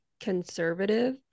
conservative